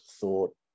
thought